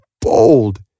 bold